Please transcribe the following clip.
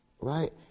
right